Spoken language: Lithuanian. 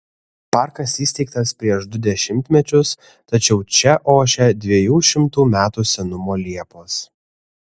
parkas įsteigtas prieš du dešimtmečius tačiau čia ošia dviejų šimtų metų senumo liepos